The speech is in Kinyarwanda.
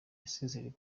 yasezereye